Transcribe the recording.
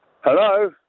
Hello